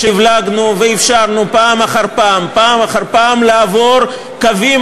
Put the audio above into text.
שהבלגנו ואפשרנו פעם אחר פעם לעבור את הקווים